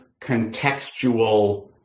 contextual